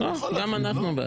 גם אנחנו בעד.